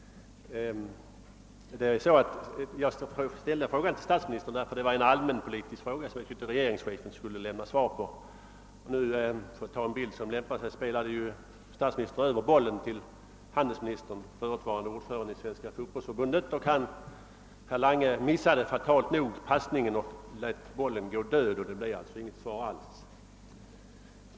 Jag riktade den frågan till statsministern därför att det är en allmänpolitisk fråga, som jag tyckte att regeringschefen skulle svara på. Men — för att här ta en bild som kan lämpa sig i sammanhanget — statsministern spe lade över bollen till handelsministern, förutvarande ordförande i Svenska fotbollförbundet. Fatalt nog missade emellertid handelsministern den passningen och lät bollen gå död, och det blev därför inget svar alls.